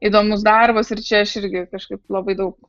įdomus darbas ir čia aš irgi kažkaip labai daug